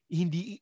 hindi